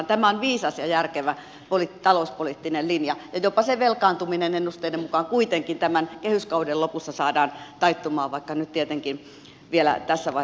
tämä on viisas ja järkevä talouspoliittinen linja ja jopa se velkaantuminen ennusteiden mukaan kuitenkin tämän kehyskauden lopussa saadaan taittumaan vaikka nyt tietenkin vielä tässä vaiheessa menemmekin